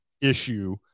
issue